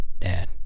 Dad